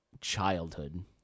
childhood